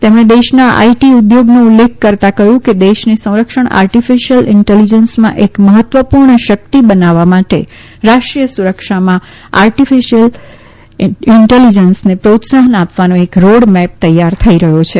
તેમણે દેશના આઈટી ઉદ્યોગનો ઉલ્લેખ કરતાં કહયું કે દેશને સંરક્ષણ આર્ટીફીસીયલ ઈન્ટેલીજન્સમાં એક મહત્વપુર્ણ શકિત બનાવવા માટે રાષ્ટ્રીય સુરક્ષામાં આર્ટીફીયલ ઈન્ટેલીજન્સને પ્રોત્સાહન આપવાનો એક રોડમેપ તૈયાર થઈ રહ્યો છે